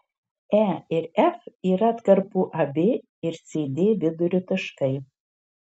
e ir f yra atkarpų ab ir cd vidurio taškai